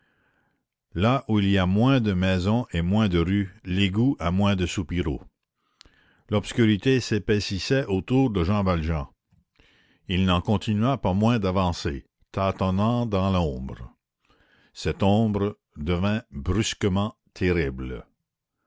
là où il y a moins de maisons et moins de rues l'égout a moins de soupiraux l'obscurité s'épaississait autour de jean valjean il n'en continua pas moins d'avancer tâtonnant dans l'ombre cette ombre devint brusquement terrible